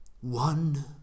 One